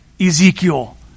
Ezekiel